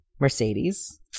Mercedes